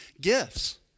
gifts